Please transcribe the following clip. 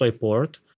Port